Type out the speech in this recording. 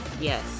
Yes